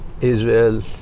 Israel